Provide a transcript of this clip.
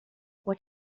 what